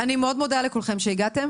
אני מאוד מודה לכולכם שהגעתם,